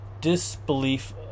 disbelief